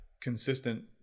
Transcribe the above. consistent